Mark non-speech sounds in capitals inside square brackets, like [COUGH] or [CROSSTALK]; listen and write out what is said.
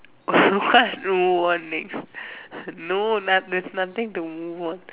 [LAUGHS] what warnings no not there's nothing to warn